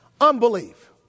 unbelief